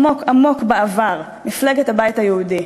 עמוק, עמוק, בעבר, מפלגת הבית היהודי.